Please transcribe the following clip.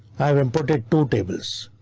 i've imported two tables.